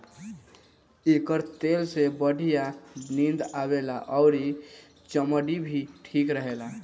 एकर तेल से बढ़िया नींद आवेला अउरी चमड़ी भी ठीक रहेला